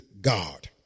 God